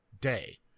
day